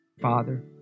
Father